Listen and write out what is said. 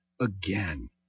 again